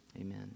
Amen